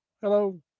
Hello